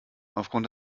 aufgrund